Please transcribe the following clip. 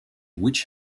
witch